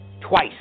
twice